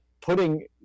Putting